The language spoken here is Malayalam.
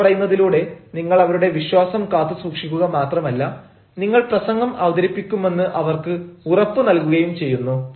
ഇങ്ങനെ പറയുന്നതിലൂടെ നിങ്ങൾ അവരുടെ വിശ്വാസം കാത്തു സൂക്ഷിക്കുക മാത്രമല്ല നിങ്ങൾ പ്രസംഗം അവതരിപ്പിക്കുമെന്ന് അവർക്ക് ഉറപ്പു നൽകുകയും ചെയ്യുന്നു